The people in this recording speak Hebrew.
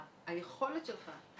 אני חושבת שאתה הגעת למקום הנכון שלך.